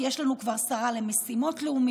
כי יש לנו כבר שרה למשימות לאומיות,